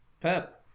pep